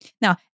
Now